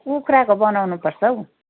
कुखुराको बनाउनुपर्छ हौ